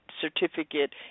certificate